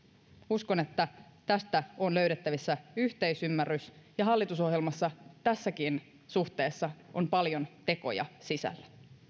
uskon että tästä on löydettävissä yhteisymmärrys ja hallitusohjelmassa tässäkin suhteessa on paljon tekoja sisällä